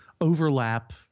overlap